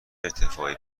ارتفاعی